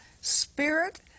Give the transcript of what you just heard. spirit